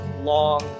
long